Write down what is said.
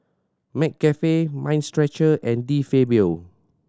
McCafe Mind Stretcher and De Fabio